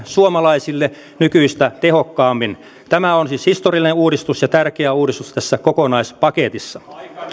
suomalaisille nykyistä tehokkaammin tämä on siis historiallinen uudistus ja tärkeä uudistus tässä kokonaispaketissa